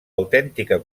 autèntica